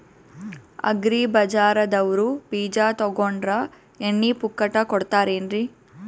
Agri ಬಜಾರದವ್ರು ಬೀಜ ತೊಗೊಂಡ್ರ ಎಣ್ಣಿ ಪುಕ್ಕಟ ಕೋಡತಾರೆನ್ರಿ?